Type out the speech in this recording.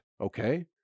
okay